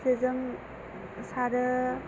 जेजों सारो